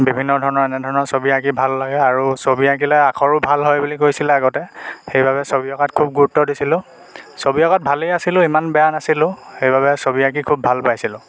বিভিন্ন ধৰণৰ এনেধৰণৰ ছবি আঁকি ভাল লাগে আৰু ছবি আঁকিলে আখৰো ভাল হয় বুলি কৈছিলে আগতে সেই বাবে ছবি অঁকাত খুব গুৰুত্ব দিছিলোঁ ছবি অঁকাত ভালেই আছিলোঁ সিমান বেয়া নাছিলোঁ সেইবাবে ছবি আঁকি খুব ভাল পাইছিলোঁ